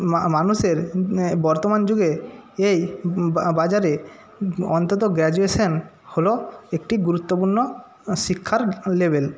মানুষের বর্তমান যুগে এই বাজারে অন্তত গ্র্যাজুয়েশান হল একটি গুরুত্ত্বপূর্ণ শিক্ষার লেভেল